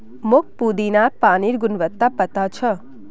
मोक पुदीनार पानिर गुणवत्ता पता छ